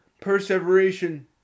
perseveration